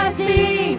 see